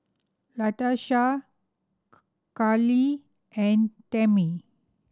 Latasha Karlie and Tammy